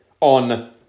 on